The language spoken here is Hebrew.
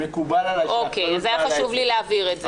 מקובל עליי שהאחריות על העסק,